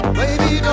baby